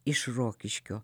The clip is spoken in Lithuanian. iš rokiškio